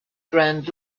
grand